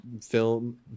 film